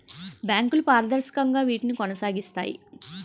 బ్యాంకులు పారదర్శకంగా వీటిని కొనసాగిస్తాయి